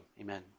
Amen